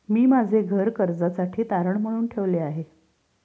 मी माझे घर कर्जासाठी तारण म्हणून ठेवले आहे